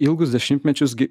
ilgus dešimtmečius gi